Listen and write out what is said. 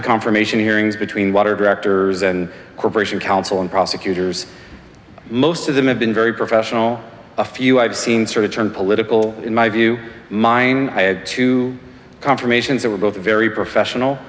the confirmation hearings between water directors and corporation counsel and prosecutors most of them have been very professional a few i've seen sort of term political in my view mine i had to confirmations they were both very professional